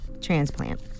transplant